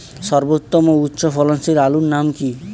সর্বোত্তম ও উচ্চ ফলনশীল আলুর নাম কি?